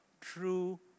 true